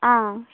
ആ